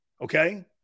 Okay